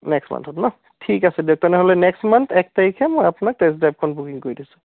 next মান্থত ন ঠিক আছে দিয়ক তেনেহ'লে নেক্সট মান্থ এক তাৰিখে মই আপোনাক টেষ্ট ড্ৰাইভখন বুকিং কৰি দিছোঁ